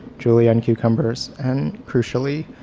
julienned cucumbers, and crucially,